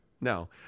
No